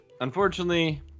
unfortunately